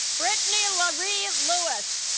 brittanie larie lewis